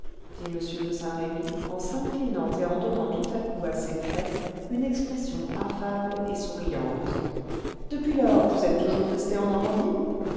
m de saint-remy en s'inclinant et en donnant tout à coup à ses traits une expression affable et souriante depuis lors vous êtes toujours restée en normandie